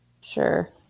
Sure